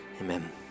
Amen